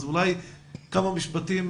אז אולי כמה משפטים,